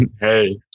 Hey